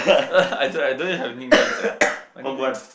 I don't I don't even have a nickname sia funny meh